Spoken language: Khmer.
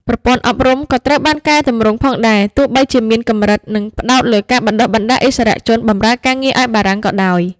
ប្រព័ន្ធអប់រំក៏ត្រូវបានកែទម្រង់ផងដែរ ទោះបីជាមានកម្រិត និងផ្តោតលើការបណ្ដុះបណ្ដាលឥស្សរជនបម្រើការងារឱ្យបារាំងក៏ដោយ។